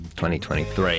2023